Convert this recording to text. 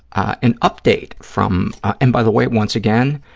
an update from, and by the way, once again,